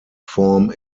form